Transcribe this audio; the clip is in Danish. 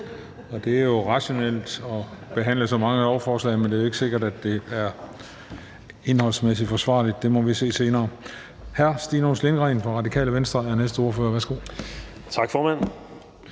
Det er jo rationelt at behandle så mange lovforslag, men det er jo ikke sikkert, at det er indholdsmæssigt forsvarligt. Det må vi se senere. Hr. Stinus Lindgreen fra Radikale Venstre er den næste ordfører. Værsgo. Kl.